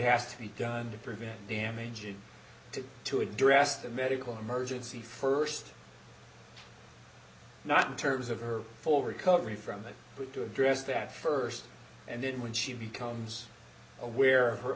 has to be done to prevent damage and to to address the medical emergency first d not in terms of her full recovery from that but to address that st and then when she becomes aware of her